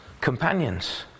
companions